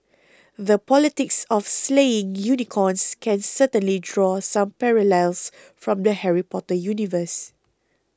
the politics of slaying unicorns can certainly draw some parallels from the Harry Potter universe